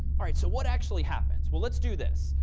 all right. so what actually happens? well, let's do this.